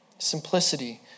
simplicity